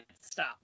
stop